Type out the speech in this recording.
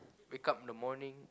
wake up in the morning